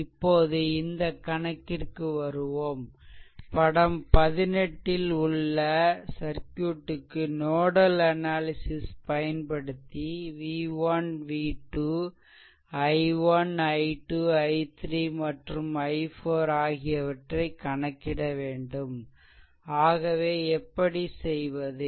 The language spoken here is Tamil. இப்போது இந்த கணக்கிற்கு வருவோம் படம் 18 ல் உள்ள சர்க்யூட்க்கு நோடல் அனாலிசிஸ் பயன்படுத்தி v1 v2 i1 i2 i3 மற்றும் i4 ஆகியவற்றை கணக்கிட வேண்டும் ஆகவே எப்படி செய்வது